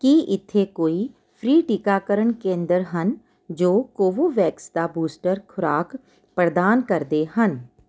ਕੀ ਇੱਥੇ ਕੋਈ ਫ੍ਰੀ ਟੀਕਾਕਰਨ ਕੇਂਦਰ ਹਨ ਜੋ ਕੋਵੋਵੈਕਸ ਦਾ ਬੂਸਟਰ ਖੁਰਾਕ ਪ੍ਰਦਾਨ ਕਰਦੇ ਹਨ